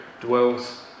dwells